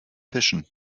fischen